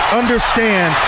understand